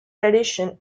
tradition